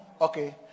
Okay